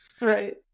Right